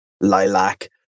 lilac